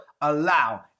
allow